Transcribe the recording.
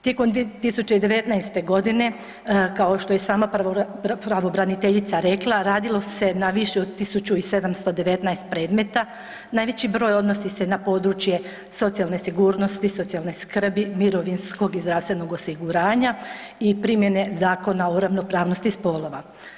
Tijekom 2019. godine kao što je i sama pravobraniteljica rekla radilo se na više od 1.719 predmeta, najveći broj odnosi se na područje socijalne sigurnosti, socijalne skrbi, mirovinskog i zdravstvenog osiguranja i primjene Zakona o ravnopravnosti spolova.